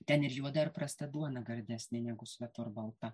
ten ir juoda ir prasta duona gardesnė negu svetur balta